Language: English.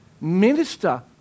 minister